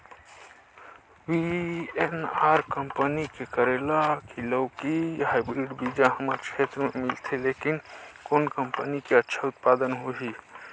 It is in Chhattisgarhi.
वी.एन.आर कंपनी के करेला की लौकी हाईब्रिड बीजा हमर क्षेत्र मे मिलथे, लेकिन कौन कंपनी के अच्छा उत्पादन होही?